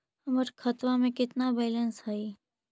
हमर खतबा में केतना बैलेंस हई?